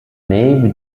maybe